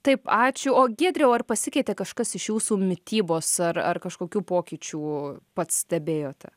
taip ačiū o giedriau ar pasikeitė kažkas iš jūsų mitybos ar ar kažkokių pokyčių pats stebėjote